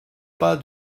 pas